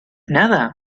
nada